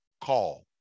call